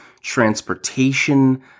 transportation